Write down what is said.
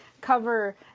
cover